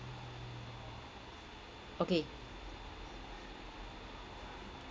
okay